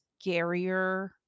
scarier